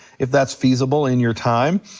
if that's feasible in your time.